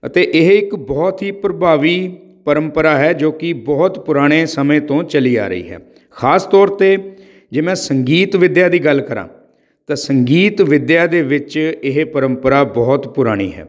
ਅਤੇ ਇਹ ਇੱਕ ਬਹੁਤ ਹੀ ਪ੍ਰਭਾਵੀ ਪਰੰਪਰਾ ਹੈ ਜੋ ਕਿ ਬਹੁਤ ਪੁਰਾਣੇ ਸਮੇਂ ਤੋਂ ਚਲੀ ਆ ਰਹੀ ਹੈ ਖਾਸ ਤੌਰ 'ਤੇ ਜੇ ਮੈਂ ਸੰਗੀਤ ਵਿੱਦਿਆ ਦੀ ਗੱਲ ਕਰਾਂ ਤਾਂ ਸੰਗੀਤ ਵਿੱਦਿਆ ਦੇ ਵਿੱਚ ਇਹ ਪਰੰਪਰਾ ਬਹੁਤ ਪੁਰਾਣੀ ਹੈ